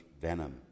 venom